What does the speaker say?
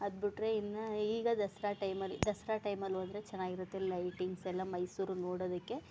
ಅದುಬಿಟ್ರೆ ಇನ್ನು ಈಗ ದಸರಾ ಟೈಮಲ್ಲಿ ದಸರಾ ಟೈಮಲ್ಲಿ ಹೋದ್ರೆ ಚೆನ್ನಾಗಿರುತ್ತೆ ಲೈಟಿಂಗ್ಸ್ ಎಲ್ಲ ಮೈಸೂರು ನೋಡೋದಕ್ಕೆ